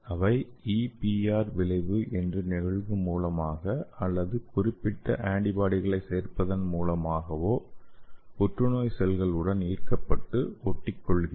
அவை EPR விளைவு என்ற நிகழ்வு மூலமாகவோ அல்லது குறிப்பிட்ட ஆன்டிபாடிகளை சேர்ப்பதன் மூலமாகவோ புற்றுநோய் செல்கள் உடன் ஈர்க்கப்பட்டு ஒட்டிக்கொள்கின்றன